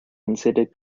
considered